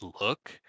look